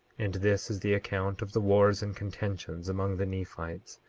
and this is the account of the wars and contentions among the nephites,